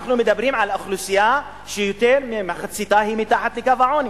אנחנו מדברים על אוכלוסייה שיותר ממחציתה מתחת לקו העוני,